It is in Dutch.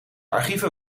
archieven